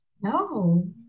No